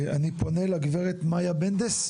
אני פונה לגברת רותם.